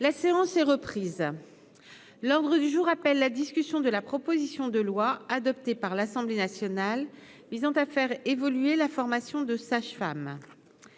La séance est reprise, l'ordre du jour appelle la discussion de la proposition de loi adoptée par l'Assemblée nationale visant à faire évoluer la formation de sages-femmes